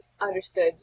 understood